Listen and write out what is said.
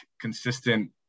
consistent